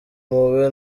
muba